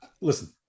listen